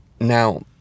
Now